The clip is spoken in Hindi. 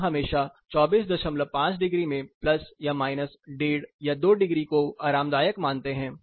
हम हमेशा 245 डिग्री में प्लस या माइनस 15 या 2 डिग्री को आरामदायक मानते है